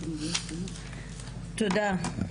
תודה.